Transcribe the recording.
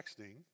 texting